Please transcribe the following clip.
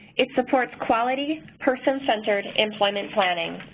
it supports quality, person centered employment planning